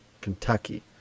Kentucky